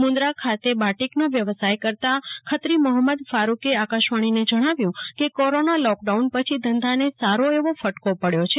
મુંદ્રા ખાતે બાટિકનો વ્યવસાય કરતાં ખત્રી મોહંમદ ફારૂકે આકાશવાણીને જણાવ્યું કે કોરોના લોકડાઉન પછી ધંધાને સારો એવો ફટકો પડ્યો છે